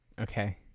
Okay